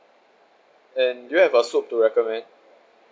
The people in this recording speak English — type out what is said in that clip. and do you have a soup to recommend